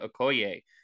Okoye